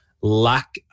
lack